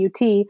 UT